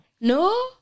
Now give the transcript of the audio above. No